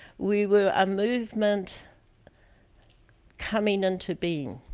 we were a movement coming into being